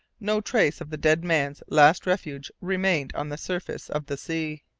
no trace of the dead man's last refuge remained on the surface of the sea.